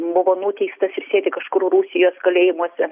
buvo nuteistas ir sėdi kažkur rusijos kalėjimuose